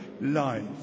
life